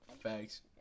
Thanks